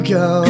go